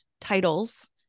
titles